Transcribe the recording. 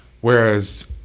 whereas